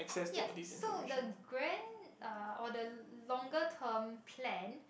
yup so the grand uh or the longer term plan